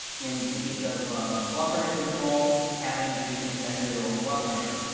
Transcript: in the case of blood pressure control, having patients measure their own blood pressure.